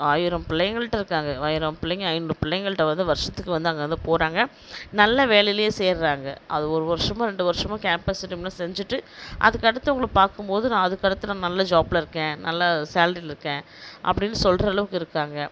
ஆயிரம் புள்ளைங்கள்கிட்ட இருக்காங்க ஆயிரம் பிள்ளைங்க ஐநூறு பிள்ளைங்கள்ட வந்து வருஷத்துக்கு வந்து அங்கேருந்து போகிறாங்க நல்ல வேலையிலையும் சேர்கிறாங்க அது ஒரு வருஷமோ ரெண்டு வருஷமோ கேம்பஸ் செஞ்சுட்டு அதுக்கு அடுத்து அவங்கள பார்க்கும் போது நான் அதுக்கு அடுத்து நான் நல்ல ஜாப்பில் இருக்கேன் நல்ல சேலரியில் இருக்கேன் அப்படினு சொல்கிற அளவுக்கு இருக்காங்க